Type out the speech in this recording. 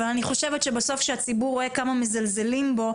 אבל אני חושבת שבסוף כשהציבור רואה כמה מזלזלים בו,